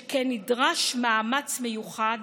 שכן נדרש מאמץ מיוחד